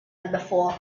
before